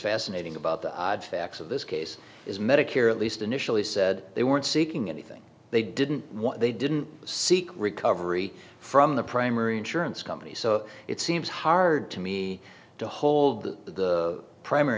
fascinating about the facts of this case is medicare at least initially said they weren't seeking anything they didn't what they didn't seek recovery from the primary insurance company so it seems hard to me to hold the primary